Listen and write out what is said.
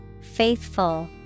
Faithful